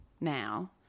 now